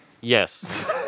Yes